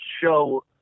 show